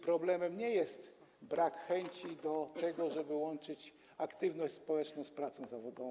Problemem nie jest brak chęci do tego, żeby łączyć aktywność społeczną z pracą zawodową.